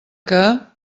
que